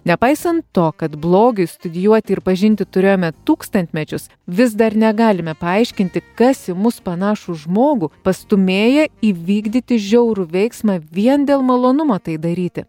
nepaisant to kad blogis studijuoti ir pažinti turėjome tūkstantmečius vis dar negalime paaiškinti kas į mus panašų žmogų pastūmėja įvykdyti žiaurų veiksmą vien dėl malonumo tai daryti